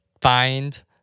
Find